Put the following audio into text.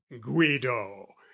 guido